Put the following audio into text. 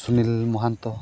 Sunil Mahanta